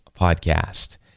podcast